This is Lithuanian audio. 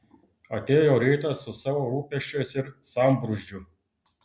atėjo rytas su savo rūpesčiais ir sambrūzdžiu